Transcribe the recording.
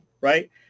right